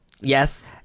Yes